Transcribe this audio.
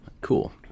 Cool